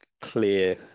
clear